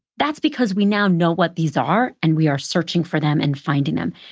that's because we now know what these are, and we are searching for them and finding them.